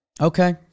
Okay